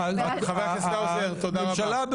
חבר הכנסת האוזר, תודה רבה.